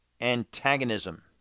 antagonism